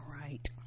right